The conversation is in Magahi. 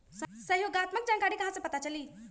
सहयोगात्मक जानकारी कहा से पता चली?